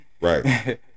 Right